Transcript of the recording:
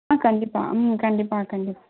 ஆ கண்டிப்பாக ம் கண்டிப்பாக கண்டிப்பாக